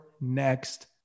next